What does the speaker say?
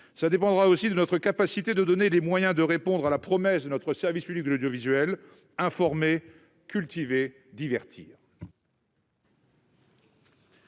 ça dépendra aussi de notre capacité de donner les moyens de répondre à la promesse de notre service public de l'audiovisuel Informer cultiver divertir.